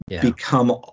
become